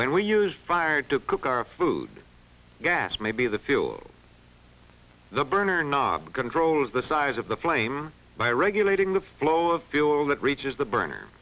when we use fire to cook our food gas maybe the fuel the burner knob controls the size of the flame by regulating the flow of fuel that reaches the burner